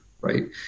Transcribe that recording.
Right